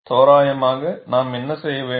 தோராயமாக நாம் என்ன செய்வோம்